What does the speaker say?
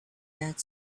that